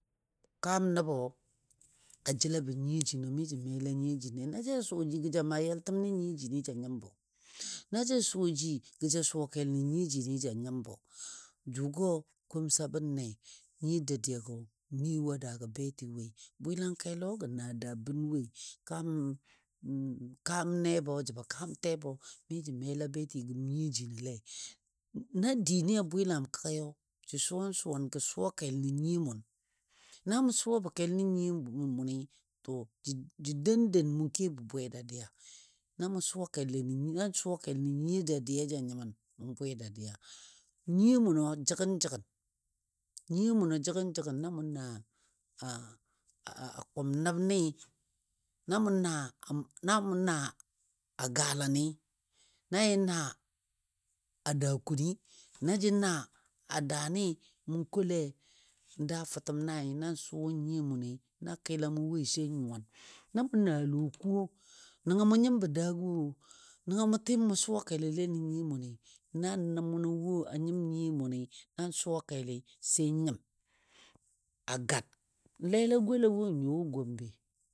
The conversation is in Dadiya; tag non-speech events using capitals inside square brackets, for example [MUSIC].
Kaam nəbɔ a jəlabɔ nyiyo jinɔ mi jə mela nyiyo jinɔle na ja suwaji gɔ ja maa yaltəm nən nyiyo jini ja nyɨmbɔ. Na ja suwa ji gə ja suwa kel nən nyiyo jini, ja nyimbɔ, jʊgɔ komsa bənne nyiyo dadiyagɔ miwo a daagɔ betɨ woi. Bwɨlangkelo gəna a daa bən wo kam [HESITATION] kam, neba jəbɔ kam tebo mi jə mela beti gəm nyiyo jinɔle na dinɨ a bwɨlam kəgayo, jə suwan suwan gɔ suwa kel nən nyiyo mʊn, na mou suwabɔ kel nən nyiyo mʊnɨ to jə doun doun mou kebɔ bwe dadiya, na mou suwa kelle nən a suwa kel nən nyiyo dadiyai ja nyimən mʊ bwe dadiya. Nyiyo mʊnɔ jəgən jəgən nyiyo mʊnɔ jəgən jəgən na mʊna [HESITATION] a kʊm nəbni, na mʊna [HESITATION] a galani, na jə na daa kuni, na jə na a daa kuni, na jə na a daa ni mou kole n da fətəm naai nan suwa nyiyo mʊnɨ, na kɨlamɔ woi sai nyuwan. Na mʊna a lɔ kuwo nəngɔ mou nyimbɔ daaga wo nəngɔ mou, tɨm mou suwa kelole nən nyiyo mʊnɨ, na nə mʊnɔ wo a nyim nyiyo mʊnɨ, nan suwa keli sai nyim a gar n lela gɔlawo n yɔ a Gombe.